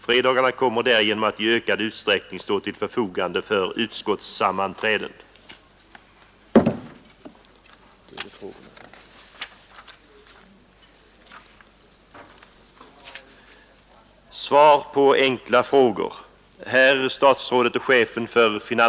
Fredagarna kommer därigenom att i ökad utsträckning stå till förfogande för utskottssammanträden.